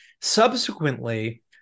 Subsequently